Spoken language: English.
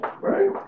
Right